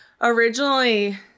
Originally